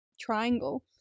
triangle